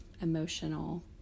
emotional